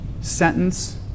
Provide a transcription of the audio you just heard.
sentence